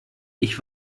ich